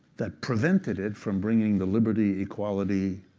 that prevented it from bringing the liberty, equality,